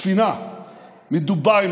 ספינה מדובאי,